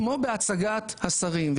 כמו בהצגת השרים,